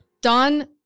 Don